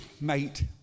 mate